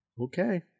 Okay